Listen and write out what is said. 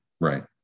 Right